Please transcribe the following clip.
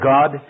God